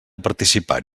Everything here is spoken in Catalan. participar